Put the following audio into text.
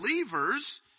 believers